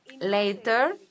later